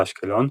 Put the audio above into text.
ואשקלון,